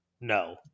no